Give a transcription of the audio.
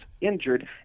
injured